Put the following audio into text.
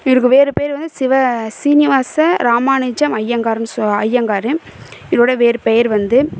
இவருக்கு வேறு பேர் வந்து சிவ சீனிவாச ராமானுஜம் ஐயங்காருன்னு சொ ஐயங்கார் இவருடைய வேறு பெயர் வந்து